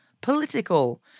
political